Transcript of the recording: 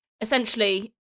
essentially